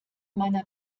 meiner